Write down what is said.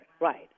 Right